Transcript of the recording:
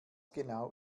genau